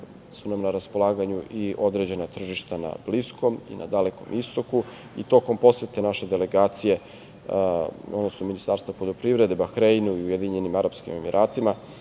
su nam na raspolaganju i određena tržišta na bliskom i na dalekom istoku i tokom posete naše delegacije, odnosno Ministarstva poljoprivrede Bahreinu i Ujedinjeni Arapskim Emiratima,